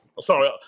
Sorry